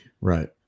Right